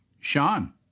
Sean